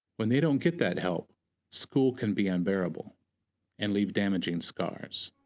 when they don't get that help school can be unbearable and leave damaging scars.